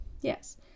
Yes